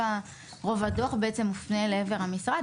רוב הדוח בעצם מופנה לעבר המשרד,